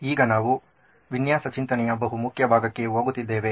ಈಗ ನಾವು ವಿನ್ಯಾಸ ಚಿಂತನೆಯ ಬಹುಮುಖ್ಯ ಭಾಗಕ್ಕೆ ಹೋಗುತ್ತಿದ್ದೇವೆ